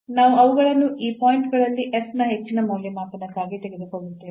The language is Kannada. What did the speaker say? ನಾವು ಅವುಗಳನ್ನು ಆ ಪಾಯಿಂಟ್ ಗಳಲ್ಲಿ ನ ಹೆಚ್ಚಿನ ಮೌಲ್ಯಮಾಪನಕ್ಕಾಗಿ ತೆಗೆದುಕೊಳ್ಳುತ್ತೇವೆ